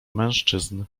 mężczyzn